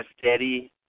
steady